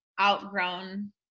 outgrown